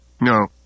No